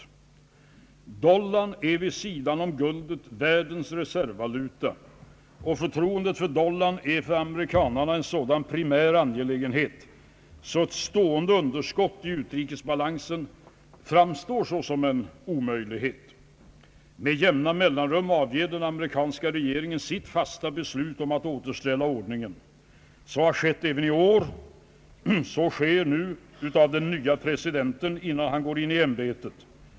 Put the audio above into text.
Dollarn är vid sidan av guldet världens reservvaluta, och förtroendet för dollarn är för amerikanarna en sådan primär angelägenhet att ett stående underskott i utrikesbetalningsbalansen framstår såsom en omöjlighet. Med jämna mellanrum avger den amerikanska regeringen deklarationer om sitt fasta beslut om att återställa ordningen. Så har skett även i år, och så sker nu av den nye presidenten innan han tillträder ämbetet.